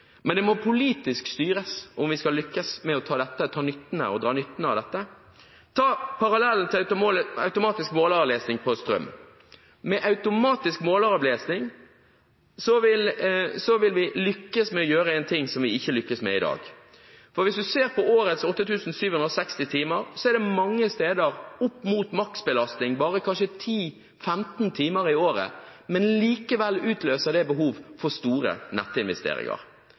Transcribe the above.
Men det må politisk styres om vi skal lykkes med å dra nytte av dette. Ta parallellen til automatisk måleravlesning av strøm. Med automatisk måleravlesning vil vi lykkes med å gjøre en ting vi ikke lykkes med i dag. For hvis du ser på årets 8 760 timer, er det mange steder opp mot maksbelastning i kanskje bare 10–15 timer i året, men likevel utløser det behov for store nettinvesteringer.